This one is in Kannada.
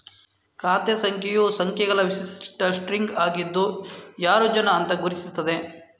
ಖಾತೆ ಸಂಖ್ಯೆಯು ಸಂಖ್ಯೆಗಳ ವಿಶಿಷ್ಟ ಸ್ಟ್ರಿಂಗ್ ಆಗಿದ್ದು ಯಾರು ಜನ ಅಂತ ಗುರುತಿಸ್ತದೆ